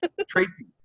Tracy